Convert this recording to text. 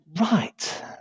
right